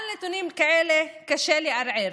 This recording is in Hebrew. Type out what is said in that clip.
על נתונים כאלה קשה לערער.